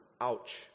ouch